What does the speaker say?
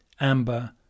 Amber